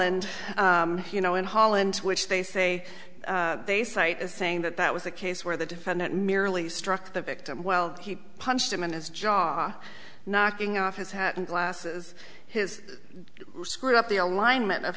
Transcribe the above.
and you know in holland which they say they cite as saying that that was a case where the defendant merely struck the victim well he punched him in his jaw knocking off his hat and glasses his screw up the alignment of